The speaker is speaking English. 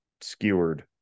skewered